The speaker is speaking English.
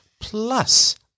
plus